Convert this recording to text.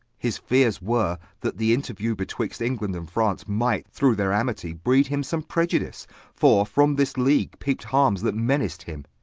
his feares were that the interview betwixt england and france, might through their amity breed him some preiudice for from this league, peep'd harmes that menac'd him.